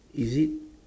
is it